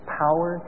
power